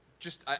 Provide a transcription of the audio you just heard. just,